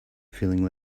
feeling